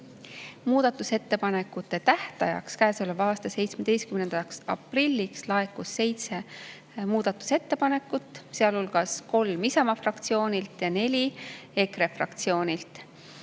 Muudatusettepanekute tähtajaks, käesoleva aasta 17. aprilliks laekus seitse muudatusettepanekut, sealhulgas kolm Isamaa fraktsioonilt ja neli EKRE fraktsioonilt.